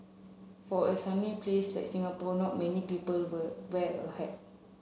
for a sunny place like Singapore not many people were wear a hat